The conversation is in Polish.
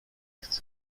chcę